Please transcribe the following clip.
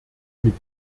mit